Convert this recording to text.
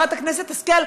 חברת הכנסת השכל,